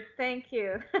thank you,